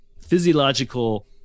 physiological